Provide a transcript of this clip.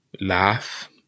laugh